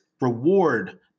reward